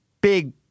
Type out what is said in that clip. Big